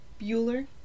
Bueller